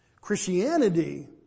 Christianity